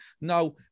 now